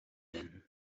nennen